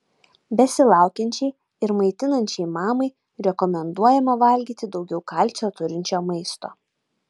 besilaukiančiai ir maitinančiai mamai rekomenduojama valgyti daugiau kalcio turinčio maisto